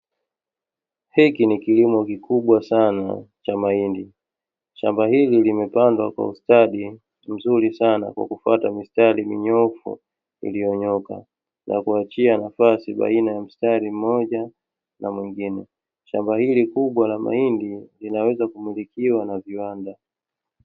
Hiki ni kilimo kikubwa sana cha mahindi. Shamba hili limepandwa kwa ustadi mzuri sana kwa kufuata mistari minyoofu iliyonyooka na kuachia nafasi baina ya mstari mmoja na mwingine. Shamba hili kubwa la mahindi linaweza kumilikiwa na kiwanda.